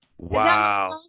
Wow